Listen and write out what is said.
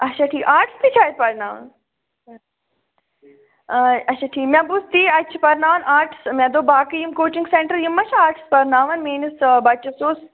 اچھا ٹھیٖک آٹٕس تہِ چھا اتہِ پَرٕناوان اچھا ٹھیٖک مےٚ بوٗز تی اتہِ چھِ پرٕناوان آٹٕس مےٚ دوٚپ باقٕے یِم کوچِنٛگ سینٛٹر یِم ما چھِ آٹٕس پرٕناوان میٛٲنِس بَچس اوس